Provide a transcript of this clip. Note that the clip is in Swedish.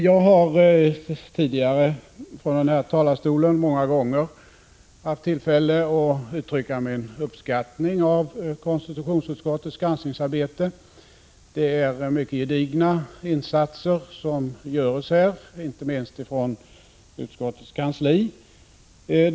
Jag har tidigare från denna talarstol många gånger haft tillfälle att uttrycka min uppskattning av konstitutionsutskottets granskningsarbete. Det är mycket gedigna insatser som görs, inte minst från utskottets kansli.